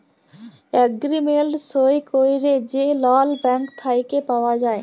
agreement সই ক্যইরে যে লল ব্যাংক থ্যাইকে পাউয়া যায়